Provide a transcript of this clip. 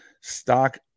Stock